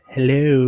Hello